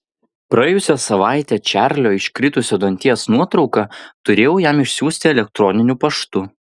praėjusią savaitę čarlio iškritusio danties nuotrauką turėjau jam išsiųsti elektroniniu paštu